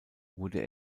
wurde